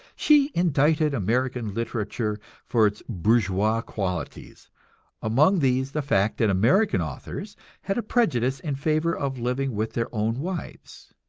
she indicted american literature for its bourgeois qualities among these the fact that american authors had a prejudice in favor of living with their own wives.